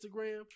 Instagram